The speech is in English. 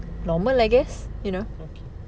okay